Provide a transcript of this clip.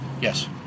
Yes